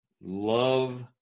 Love